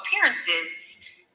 appearances